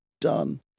done